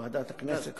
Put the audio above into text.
ועדת הכנסת תחליט,